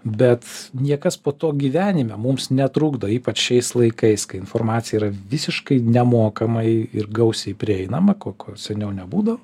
bet niekas po to gyvenime mums netrukdo ypač šiais laikais kai informacija yra visiškai nemokamai ir gausiai prieinama ko ko seniau nebūdavo